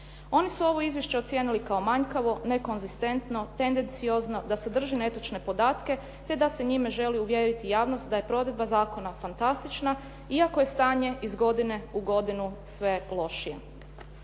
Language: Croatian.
Oni su ovo izvješće ocijenili kao manjkavo, nekonzistentno, tendenciozno, da sadrži netočne podatke, te da se njime želi uvjeriti javnost da je provedba zakona fantastična iako je stanje iz godine u godinu sve lošije.